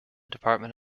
department